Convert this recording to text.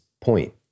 point